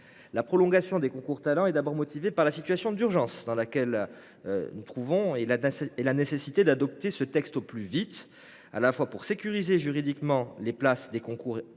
La prorogation des concours Talents est d’abord motivée par la situation d’urgence dans laquelle nous nous trouvons. Il est nécessaire d’adopter ce texte au plus vite, à la fois pour sécuriser juridiquement les places des concours existants